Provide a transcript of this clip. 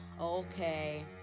okay